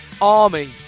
army